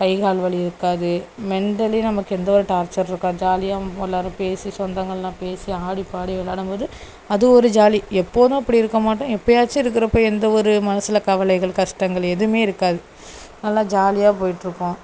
கை கால் வலி இருக்காது மென்டலி நமக்கு எந்த ஒரு டார்ச்சரும் இருக்காது ஜாலியாகவும் எல்லாரும் பேசி சொந்தங்கள் எல்லாம் பேசி ஆடிப்பாடி விளாடம் போது அது ஒரு ஜாலி எப்போதும் அப்படி இருக்க மாட்டோம் எப்பையாச்சும் இருக்குறப்போ எந்த ஒரு மனசில் கவலைகள் கஷ்டங்கள் எதுவுமே இருக்காது நல்லா ஜாலியாக போய்ட்டுருக்கும்